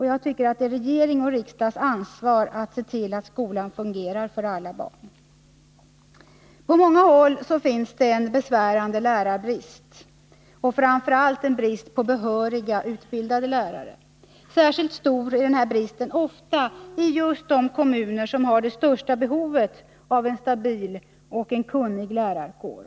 Jag tycker att det är regerings och riksdags ansvar att se till att skolan fungerar för alla barn. På många håll finns det en besvärande lärarbrist och framför allt en brist på behöriga, utbildade lärare. Särskilt stor är denna brist ofta i just de kommuner som har det största behovet av en stabil och kunnig lärarkår.